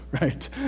right